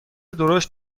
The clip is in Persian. درشت